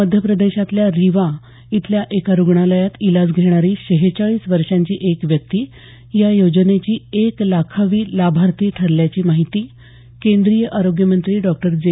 मध्यप्रदेशातल्या रीवा इथल्या एका रुग्णालयात इलाज घेणारी शेहेचाळीस वर्षांची एक व्यक्ती या योजनेची एक लाखावी लाभार्थी ठरल्याची माहिती केंद्रीय आरोग्य मंत्री डॉक्टर जे